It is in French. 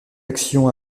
action